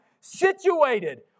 situated